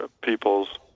people's